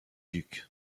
duc